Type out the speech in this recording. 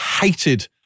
hated